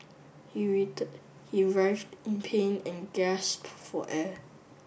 he he writhed in pain and gasped for air